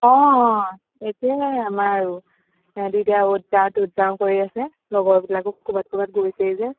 অঁ অঁ একেই আমাৰো দুইটাই অ'ত যাওঁ ত'ত যাওঁ কৰি আছে লগৰবিলাকো ক'ৰবাত ক'ৰবাত গৈছে যে